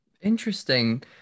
interesting